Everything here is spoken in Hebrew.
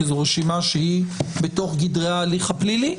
כי זאת רשימה שהיא בתוך גדרי ההליך הפלילי.